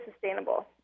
sustainable